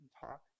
talk